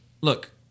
look